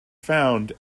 found